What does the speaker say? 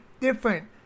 different